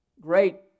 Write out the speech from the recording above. great